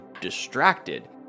distracted